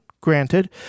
granted